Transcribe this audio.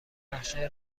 نقشه